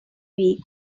week